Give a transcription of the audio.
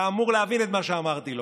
אתה אמור להבין את מה שאמרתי לו.